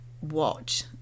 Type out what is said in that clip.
watch